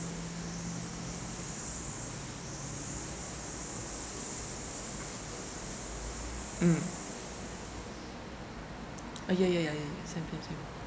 mm uh ya ya ya ya ya same same same